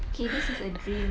okay this is a dream